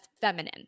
feminine